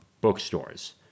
bookstores